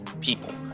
people